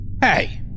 Hey